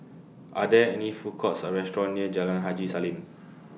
Are There any Food Courts Or restaurants near Jalan Haji Salam